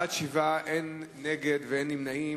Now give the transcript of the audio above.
בעד, 7, אין נגד, אין נמנעים.